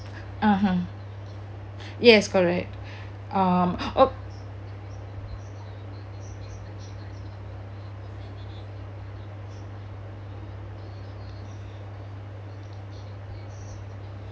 (uh huh) yes correct um !oops!